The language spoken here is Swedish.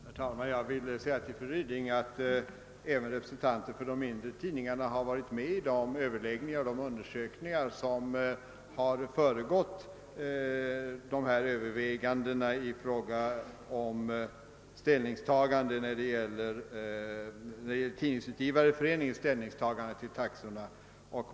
Herr talman! Jag vill säga till fru Ryding att även representanter för de mindre tidningarna varit med vid de överläggningar och undersökningar som föregått = Tidningsutgivareföreningens ställningsstagande till taxorna.